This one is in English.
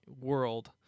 world